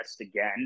again